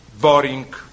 boring